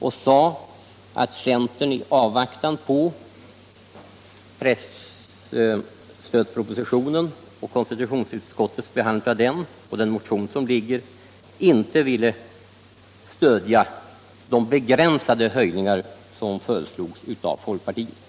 Han sade att centern, i avvaktan på presstödspropositionen och konstitutionsutskottets behandling av den och den motion som förelåg inte ville stödja de begränsade höjningar som föreslogs av folkpartiet.